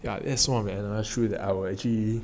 yeah it S one another shoe that I will actually